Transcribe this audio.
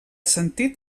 sentit